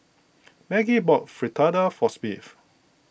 Maggie bought Fritada for Smith